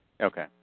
Okay